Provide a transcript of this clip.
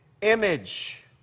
image